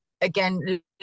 again